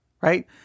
right